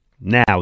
now